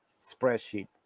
spreadsheet